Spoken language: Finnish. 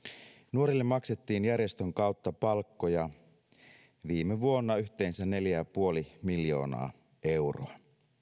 nuorille maksettiin järjestön kautta palkkoja viime vuonna yhteensä neljä ja puoli miljoonaa euroa